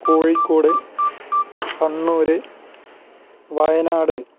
Kozhikode Kannur Wayanad